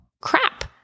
crap